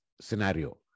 scenario